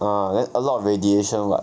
ah then a lot of radiation [what]